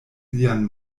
lian